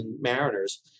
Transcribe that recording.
mariners